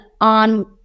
on